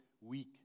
week